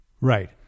Right